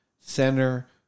center